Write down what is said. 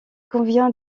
convient